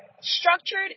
structured